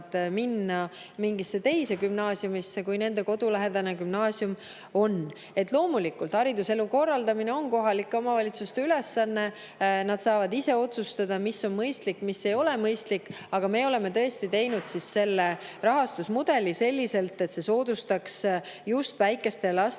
minna mingisse teise gümnaasiumisse kui nende kodulähedane gümnaasium. Loomulikult, hariduselu korraldamine on kohalike omavalitsuste ülesanne. Nad saavad ise otsustada, mis on mõistlik ja mis ei ole mõistlik. Aga me oleme tõesti teinud rahastusmudeli sellise, et see soodustaks just väikestel lastel